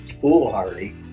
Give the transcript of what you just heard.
foolhardy